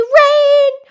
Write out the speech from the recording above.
rain